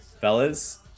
Fellas